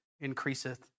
increaseth